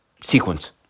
sequence